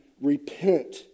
repent